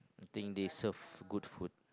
think they serve good food